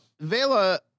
Vela